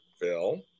Phil